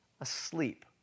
asleep